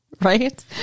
Right